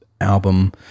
album